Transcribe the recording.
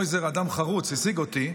קרויזר אדם חרוץ והשיג אותי,